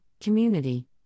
community